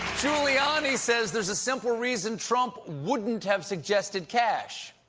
giuliani says there's a simple reason trump wouldn't have suggested cash.